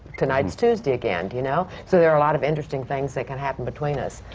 tonight's tuesday again, do you know? so there are a lot of interesting things that can happen between us.